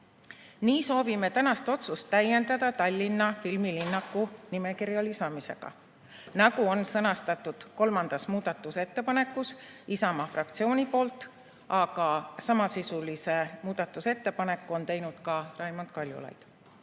Nii soovime tänast otsust täiendada Tallinna filmilinnaku nimekirja lisamisega, nagu on sõnastatud 3. muudatusettepanekus Isamaa fraktsiooni poolt. Samasisulise muudatusettepaneku on teinud ka Raimond Kaljulaid.